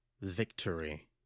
Victory